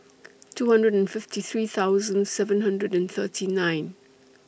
two hundred and fifty three thousand seven hundred and thirty nine